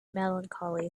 melancholy